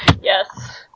Yes